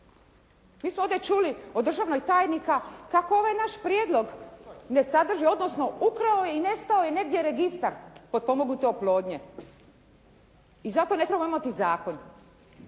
Mi smo ovdje čuli od državnog tajnika kako ovaj naš prijedlog ne sadrži odnosno ukrao je i nestao je negdje Registar potpomognute oplodnje i zato ne trebamo imati zakon.